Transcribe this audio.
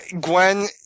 Gwen